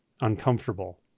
uncomfortable